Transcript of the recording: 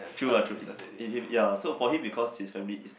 true lah true ya so for him because his family is